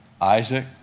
Isaac